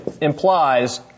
implies